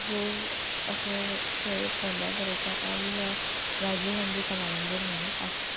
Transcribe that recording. अशें थंय फोंड्या राजीव गांधी कला मंदीर म्हणून आसा